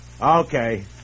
Okay